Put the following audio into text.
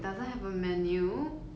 你应得什么菜